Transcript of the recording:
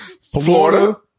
Florida